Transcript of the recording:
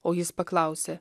o jis paklausė